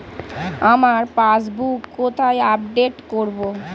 আমার পাসবুক কোথায় আপডেট করব?